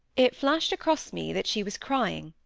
it flashed across me that she was crying,